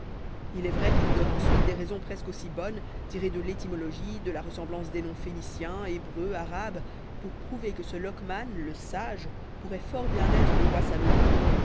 il est vrai qu'il donne ensuite des raisons presque aussi bonnes tirées de l'étymologie de la ressemblance des noms phéniciens hébreux arabes pour prouver que ce lockman zeisvzge pourrait fort bien être le roi salomon